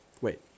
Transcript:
Wait